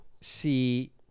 see